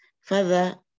Father